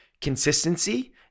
Consistency